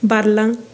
बारलां